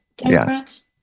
Democrats